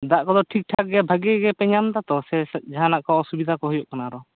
ᱫᱟᱜ ᱠᱚᱫᱚᱼᱴᱷᱤᱠ ᱴᱷᱟᱠ ᱜᱮ ᱵᱷᱟᱹᱜᱤ ᱜᱮᱯᱮ ᱧᱟᱢ ᱮᱫᱟ ᱛᱚ ᱥᱮ ᱡᱟᱦᱟᱱᱟᱜ ᱠᱚ ᱚᱥᱩᱵᱤᱫᱟ ᱠᱚ ᱦᱩᱭᱩᱜ ᱠᱟᱱᱟ ᱟᱨᱦᱚᱸ